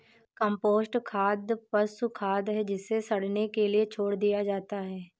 compost खाद पशु खाद है जिसे सड़ने के लिए छोड़ दिया जाता है